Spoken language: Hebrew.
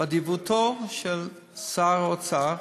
באדיבותו של שר האוצר,